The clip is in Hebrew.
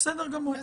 בסדר גמור.